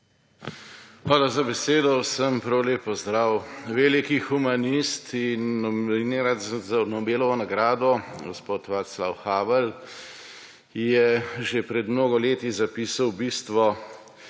Hvala za besedo. Vsem prav lep pozdrav! Veliki humanist in nominiranec za Nobelovo nagrado gospod Vaclav Havel je že pred mnogo leti zapisal bistvo